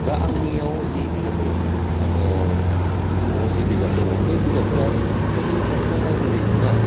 दा आंनियाव जि बिजाब दङ दा आङो न'आव जि बिजाब दङ बे बिजाबफोरा एकसुवेलि पारसिनेल लाइब्रेरि नङा